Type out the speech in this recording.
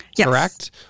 correct